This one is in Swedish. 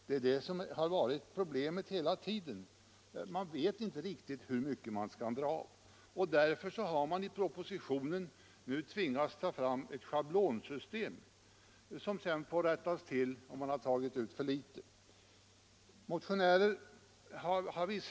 Det är detta som hela tiden varit problemet. Därför har man tvingats ta fram ett schablonsystem som nu föreslås i propositionen. Om man har tagit ut för litet, får detta sedan rättas till.